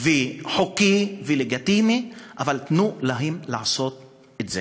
חוקי ולגיטימי, אבל תנו להם לעשות את זה.